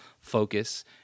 focus